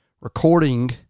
recording